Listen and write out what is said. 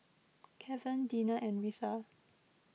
Kevan Dina and Retha